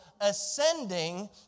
ascending